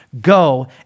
Go